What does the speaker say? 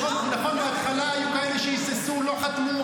יש רוב, נכון, בהתחלה היו כאלה שהיססו, לא חתמו.